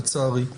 לצערי,